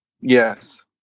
Yes